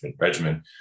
regimen